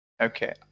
Okay